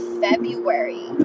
February